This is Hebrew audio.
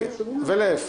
ולהפך.